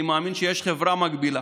אני מאמין שיש חברה מגבילה.